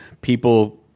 people